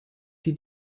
die